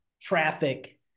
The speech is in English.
Traffic